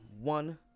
one